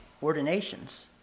ordinations